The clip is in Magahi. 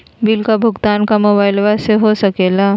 बिल का भुगतान का मोबाइलवा से हो सके ला?